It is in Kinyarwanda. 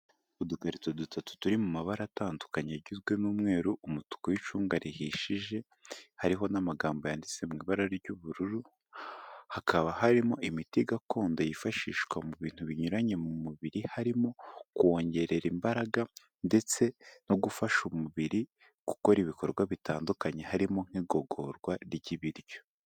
Udukarito dutatu turi mu mabara atandukanye, agizwe n'umweru, umutuku w'icunga rihishije, hariho n'amagambo yanditse mu ibara ry'ubururu, hakaba harimo imiti gakondo yifashishwa mu bintu binyuranye mu mubiri, harimo kuwongerera imbaraga ndetse no gufasha umubiri gukora ibikorwa bitandukanye, harimo nk'igogorwa ry'ibiryo.